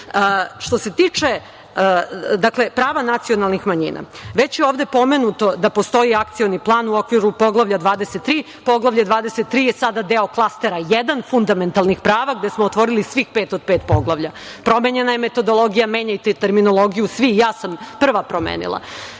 se tiče prava nacionalnih manjina, već je ovde pomenuto da postoji akcioni plan u okviru Poglavlja 23. Poglavlje 23 je sada deo klastera 1 – fundamentalnih prava, gde smo otvorili svih pet od pet poglavlja. Promenjena je metodologija, menjajte terminologiju svi. Ja sam prva promenila. Šta